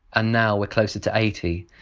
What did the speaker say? and now we're closer to eighty.